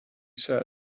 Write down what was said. said